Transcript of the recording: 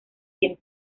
quien